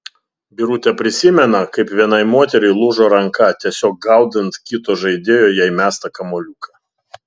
birutė prisimena kaip vienai moteriai lūžo ranka tiesiog gaudant kito žaidėjo jai mestą kamuoliuką